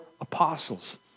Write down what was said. apostles